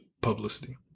publicity